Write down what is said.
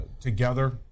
together